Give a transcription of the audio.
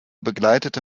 begleitete